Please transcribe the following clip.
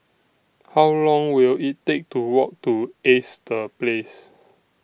How Long Will IT Take to Walk to Ace The Place